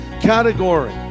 category